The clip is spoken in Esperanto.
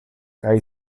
kaj